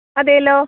അതെല്ലോ